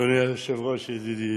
אדוני היושב-ראש, ידידי